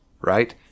right